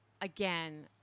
again